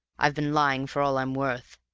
i've been lying for all i'm worth,